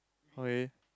okay